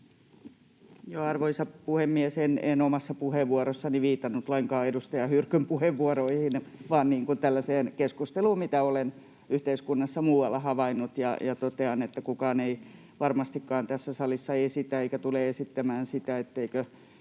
Arvoisa puhemies! En omassa puheenvuorossani viitannut lainkaan edustaja Hyrkön puheenvuoroihin vaan tällaiseen keskusteluun, mitä olen yhteiskunnassa muualla havainnut, ja totean, että kukaan ei varmastikaan tässä salissa esitä eikä tule esittämään sitä, etteivätkö